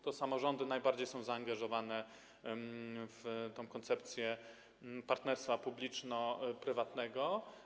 To samorządy są najbardziej zaangażowane w koncepcję partnerstwa publiczno-prywatnego.